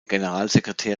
generalsekretär